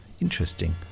interesting